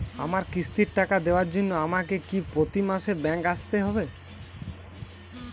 আমার কিস্তির টাকা দেওয়ার জন্য আমাকে কি প্রতি মাসে ব্যাংক আসতে হব?